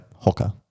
Hocker